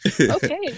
okay